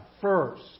First